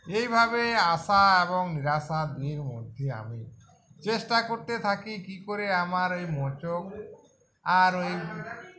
এইভাবে আশা এবং নিরাশা নিয়ে এর মধ্যে আমি চেষ্টা করতে থাকি কী করে আমার এই মোচক আর ওই